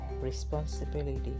responsibility